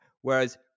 whereas